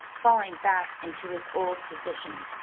falling back into his old position,